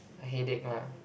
i headache lah